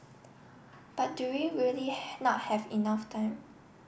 but do we really not have enough time